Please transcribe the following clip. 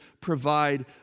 provide